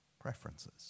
preferences